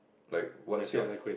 like what's your